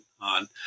on